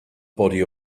body